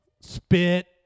spit